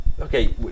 Okay